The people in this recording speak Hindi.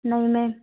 नहीं मेम